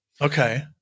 Okay